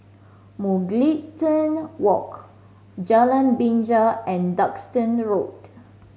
Mugliston Walk Jalan Binja and Duxton Road